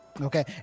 okay